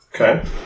Okay